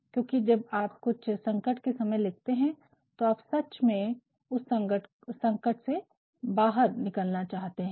क्योकि जब आप कुछ संकट के समय लिखते है तो आप सच में उस संकट से बाहर निकलना चाहते है